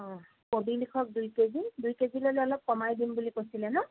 অঁ কবি লিখক দুই কেজি দুই কেজি ল'লে অলপ কমাই দিম বুলি কৈছিলে ন